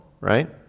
right